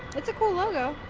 it's a cool logo.